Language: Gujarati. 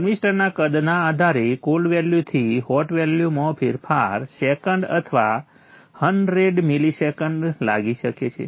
થર્મિસ્ટરના કદના આધારે કોલ્ડ વેલ્યુથી હોટ વેલ્યુમાં ફેરફાર સેકંડ અથવા હન્ડ્રેડ મિલી સેકન્ડ લાગી શકે છે